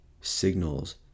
signals